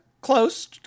close